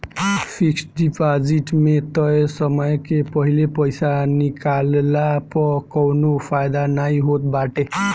fix deposit में तय समय के पहिले पईसा निकलला पअ कवनो फायदा नाइ होत बाटे